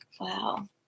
Wow